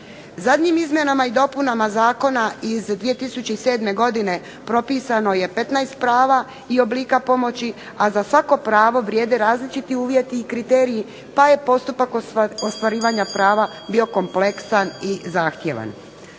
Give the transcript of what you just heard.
Zadnjim izmjenama i dopunama Zakona iz 2007. godine propisano je 15 prava i oblika pomoći a za svako pravo vrijede različiti uvjeti i kriteriji pa je postupak ostvarivanja prava bio kompleksan i zahtjevan.